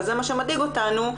וזה מה שמדאיג אותנו,